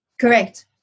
correct